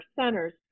centers